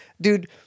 dude